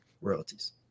royalties